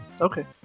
Okay